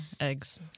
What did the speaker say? eggs